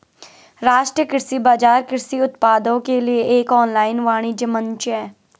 राष्ट्रीय कृषि बाजार कृषि उत्पादों के लिए एक ऑनलाइन वाणिज्य मंच है